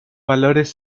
valores